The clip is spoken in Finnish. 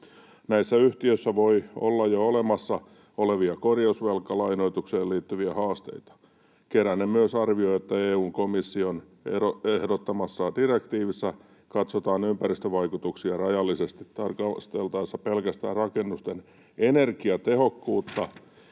Näissä yhtiöissä voi olla jo olemassa olevia korjausvelkalainoitukseen liittyviä haasteita. Keränen myös arvioi, että EU:n komission ehdottamassa direktiivissä katsotaan ympäristövaikutuksia rajallisesti tarkasteltaessa pelkästään rakennusten energiatehokkuutta